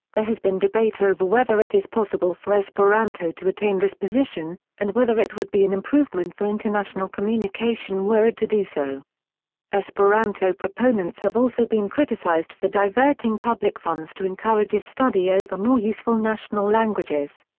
there has been debate over whether it is possible for esperanto to attain this position, and whether it would be an improvement for international communication were it to do so esperanto proponents have also been criticized for diverting public funds to encourage its study over more useful national languages.